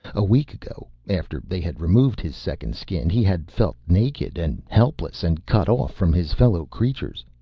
a week ago, after they had removed his second skin, he had felt naked and helpless and cut off from his fellow creatures.